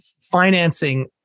financing